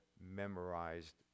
memorized